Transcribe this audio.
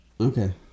Okay